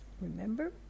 remember